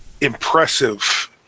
impressive